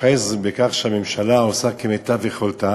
אוחז בכך שהממשלה עושה כמיטב יכולתה,